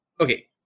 Okay